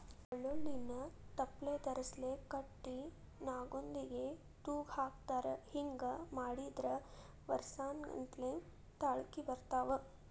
ಬಳ್ಳೋಳ್ಳಿನ ತಪ್ಲದರ್ಸಿಲೆ ಕಟ್ಟಿ ನಾಗೊಂದಿಗೆ ತೂಗಹಾಕತಾರ ಹಿಂಗ ಮಾಡಿದ್ರ ವರ್ಸಾನಗಟ್ಲೆ ತಾಳ್ಕಿ ಬರ್ತಾವ